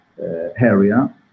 area